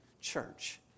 church